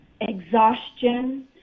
exhaustion